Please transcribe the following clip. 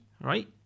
right